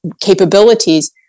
capabilities